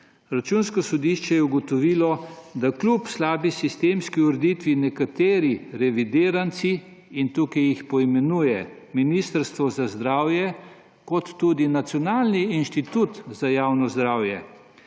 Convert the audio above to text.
Računsko sodišče je ugotovilo, da kljub slabi sistemski ureditvi nekateri revidiranci, in tukaj jih poimenuje Ministrstvo za zdravje kot tudi Nacionalni inštitut za javno zdravje,